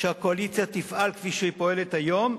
שהקואליציה תפעל כפי שהיא פועלת היום,